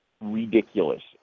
ridiculous